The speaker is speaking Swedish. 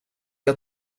jag